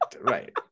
right